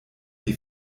die